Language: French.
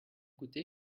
coûté